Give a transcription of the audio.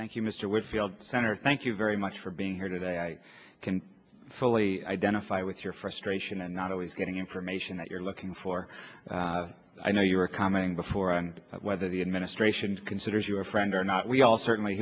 thank you mr whitfield senator thank you very much for being here today i can fully identify with your frustration and not always getting information that you're looking for i know you were commenting before and whether the administration considers you a friend or not we all certainly